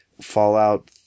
Fallout